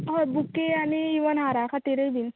हय बुके आनी इवन हारा खातीरय बीन